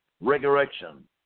resurrection